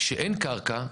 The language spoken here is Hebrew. שאין קרקע,